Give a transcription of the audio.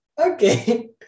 okay